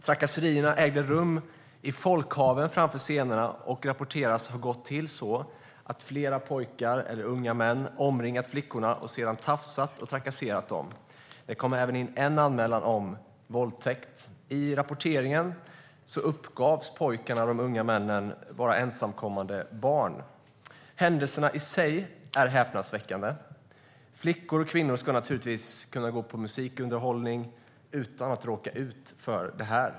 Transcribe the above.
Trakasserierna ägde rum i folkhaven framför scenerna och rapporteras ha gått till så att flera pojkar eller unga män omringat flickorna och sedan tafsat på och trakasserat dem. Det kom även in en anmälan om våldtäkt. I rapporteringen uppgavs pojkarna och de unga männen vara ensamkommande barn. Händelserna i sig är häpnadsväckande. Flickor och kvinnor ska naturligtvis kunna gå på musikunderhållning utan att råka ut för det här.